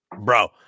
Bro